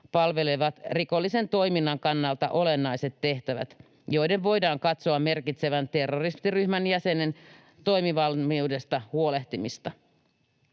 palvelevat rikollisen toiminnan kannalta olennaiset tehtävät, joiden voidaan katsoa merkitsevän terroristiryhmän jäsenen toimivalmiudesta huolehtimista.